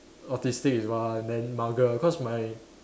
autistic is one then mugger cause my